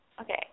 okay